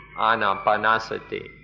anapanasati